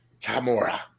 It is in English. Tamura